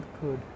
good